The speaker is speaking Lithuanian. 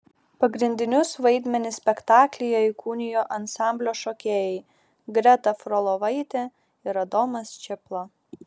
pagrindinius vaidmenis spektaklyje įkūnijo ansamblio šokėjai greta frolovaitė ir adomas čėpla